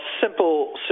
simple